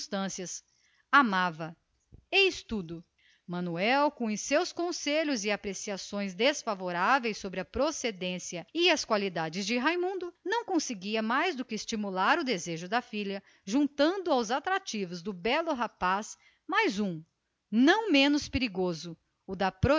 destas amava-o eis tudo manuel depois dos seus conselhos passou a fazer considerações desfavoráveis a respeito das qualidades morais do mulato e com isso apenas conseguiu estimular o desejo da filha juntando aos atrativos do belo rapaz mais um não menos poderoso o da